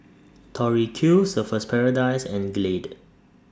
Tori Q Surfer's Paradise and Glade